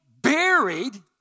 buried